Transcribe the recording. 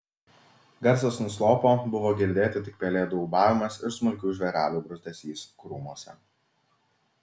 garsas nuslopo buvo girdėti tik pelėdų ūbavimas ir smulkių žvėrelių bruzdesys krūmuose